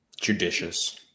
judicious